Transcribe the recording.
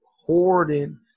hoarding